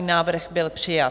Návrh byl přijat.